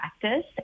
practice